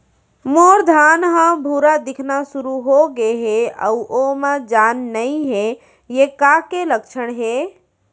मोर धान ह भूरा दिखना शुरू होगे हे अऊ ओमा जान नही हे ये का के लक्षण ये?